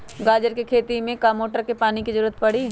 गाजर के खेती में का मोटर के पानी के ज़रूरत परी?